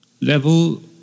level